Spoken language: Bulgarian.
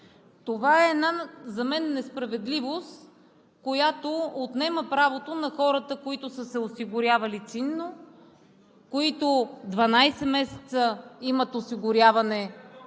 За мен това е несправедливост, която отнема правото на хората, които са се осигурявали чинно, които 12 месеца имат осигуряване